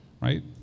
right